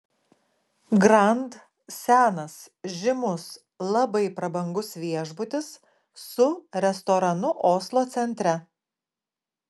grand senas žymus labai prabangus viešbutis su restoranu oslo centre